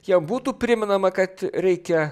jog būtų primenama kad reikia